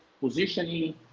positioning